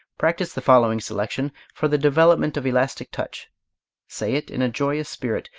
practise the following selection, for the development of elastic touch say it in a joyous spirit,